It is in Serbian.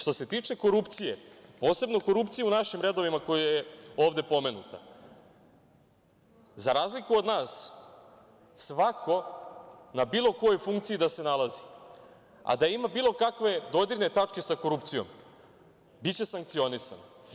Što se tiče korupcije, posebno korupcije u našim redovima, koja je ovde pomenuta, za razliku od nas, svako na bilo kojoj funkciji da se nalazi, a da ima bilo kakve dodirne tačke sa korupcijom, biće sankcionisan.